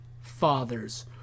fathers